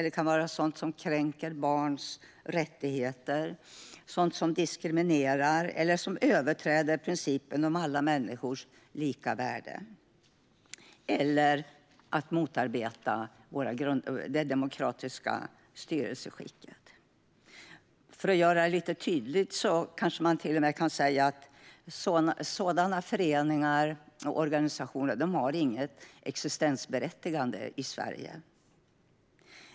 Det kan vara sådant som kränker barns rättigheter eller sådant som diskriminerar eller överträder principen om alla människors lika värde eller motarbetar det demokratiska styrelseskicket. För att göra det tydligt kanske man till och med kan säga att sådana föreningar och organisationer inte har något existensberättigande i Sverige.